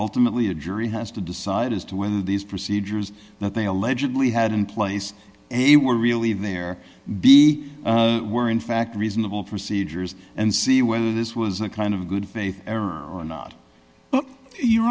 ultimately a jury has to decide as to whether these procedures that they allegedly had in place a were really there be were in fact reasonable procedures and see whether this was a kind of good faith or not your